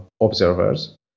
observers